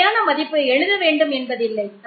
உண்மையான மதிப்பு எழுத வேண்டும் என்பதில்லை